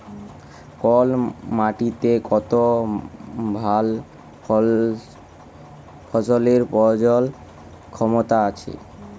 call মাটিতে কত ভাল ফসলের প্রজলল ক্ষমতা আছে